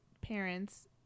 parents